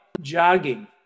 jogging